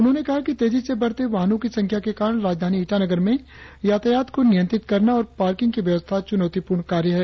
उन्होंने कहा कि तेजी से बढ़ते वाहनों की संख्या के कारण राजधानी ईटानगर में यातायात को नियंत्रित करना और पार्किंग की व्यवस्था च्नौतीपूर्ण कार्य है